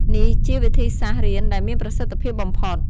នេះជាវិធីសាស្ត្ររៀនដែលមានប្រសិទ្ធភាពបំផុត។